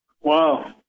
Wow